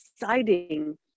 exciting